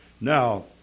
Now